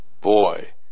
Boy